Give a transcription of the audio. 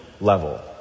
level